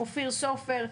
אופיר סופר,